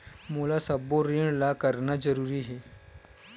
मोला सबो ऋण ला करना जरूरी हे?